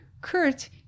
Kurt